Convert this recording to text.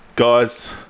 Guys